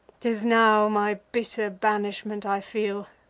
t is now my bitter banishment i feel